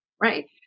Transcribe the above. right